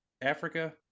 Africa